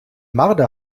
marder